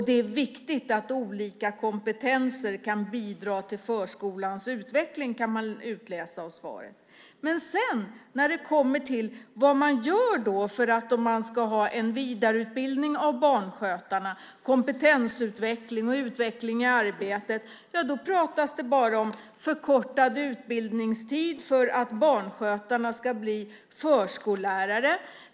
Det är viktigt att olika kompetenser kan bidra till förskolans utveckling. Det kan man utläsa av svaret. När det sedan kommer till vad man gör för att vi ska ha en vidareutbildning av barnskötarna, kompetensutveckling och utveckling i arbete pratas det bara om förkortad utbildningstid för att barnskötarna ska bli förskollärare.